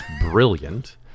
brilliant